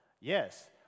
yes